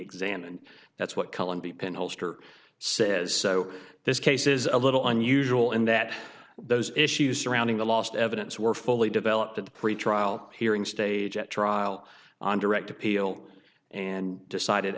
examined that's what columbia pin holster says so this case is a little unusual in that those issues surrounding the last evidence were fully developed at the pretrial hearing stage at trial on direct appeal and decided